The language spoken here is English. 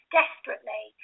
desperately